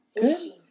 good